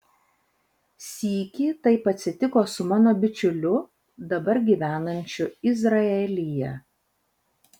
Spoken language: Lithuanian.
sykį taip atsitiko su mano bičiuliu dabar gyvenančiu izraelyje